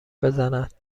بزنند